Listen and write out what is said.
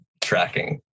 tracking